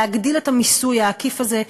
להגדיל את המיסוי העקיף הזה,